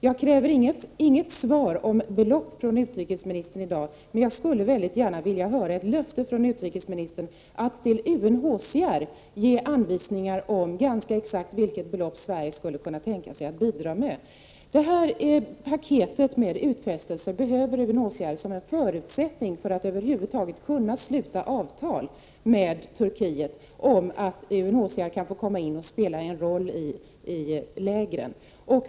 Jag kräver inget svar om exakt belopp från utrikesministern i dag, men jag skulle mycket gärna vilja få ett löfte av utrikesministern om att man till UNHCR tänker ge ganska exakta anvisningar om vilket belopp Sverige skulle kunna tänka sig att bidra med. Detta paket med utfästelser behöver UNHCR som en förutsättning för att över huvud taget kunna sluta avtal med Turkiet om att UNHCR kan få komma in och spela en roll i lägren.